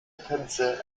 tänze